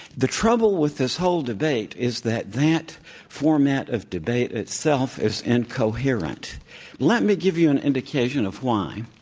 the trouble with this whole debate is that that format of debate itself is incoherent let me give you an indication of why.